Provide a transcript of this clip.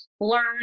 learn